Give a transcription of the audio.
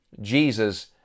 Jesus